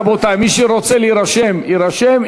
רבותי, מי רוצה להירשם, יירשם.